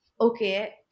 okay